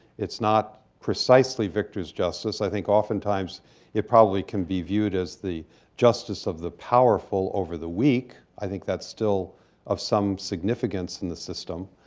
it's not precisely victor's justice. i think oftentimes it probably can be viewed as the justice of the powerful over the weak. i think that's still of some significance in the system.